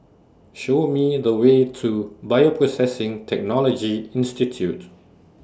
Show Me The Way to Bioprocessing Technology Institute